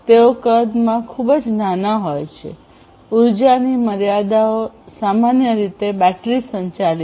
તેઓ કદમાં ખૂબ જ નાના હોય છે ઉર્જાની મર્યાદાઓ સામાન્ય રીતે બેટરી સંચાલિત